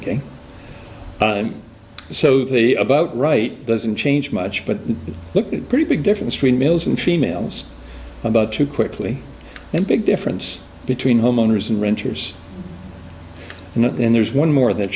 ok so the about right doesn't change much but pretty big difference between males and females about too quickly and big difference between homeowners and renters and there's one more that